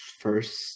first